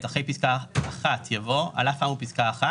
אחרי פסקה (1) יבוא: "(1א)על אף האמור בפסקה (1),